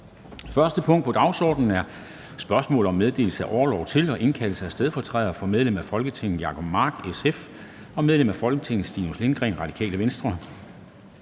første punkt på dagsordenen er: 1) Spørgsmål om meddelelse af orlov til og indkaldelse af stedfortrædere for medlem af Folketinget Jacob Mark (SF) og medlem af Folketinget Stinus Lindgreen (RV).